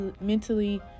mentally